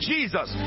Jesus